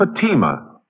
Fatima